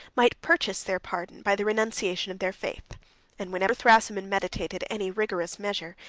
might purchase their pardon by the renunciation of their faith and whenever thrasimund meditated any rigorous measure,